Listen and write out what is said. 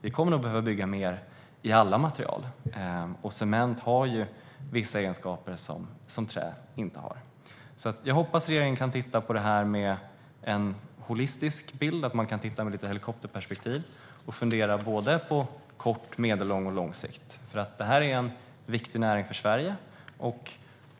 Vi kommer nog att behöva bygga mer i alla material, och cement har ju vissa egenskaper som trä inte har. Jag hoppas att regeringen kan titta på detta med en holistisk syn - att man kan titta med lite helikopterperspektiv - och fundera på såväl kort sikt som på medellång och lång sikt. Detta är en viktig näring för Sverige.